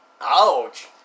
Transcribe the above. Ouch